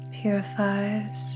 purifies